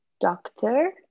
doctor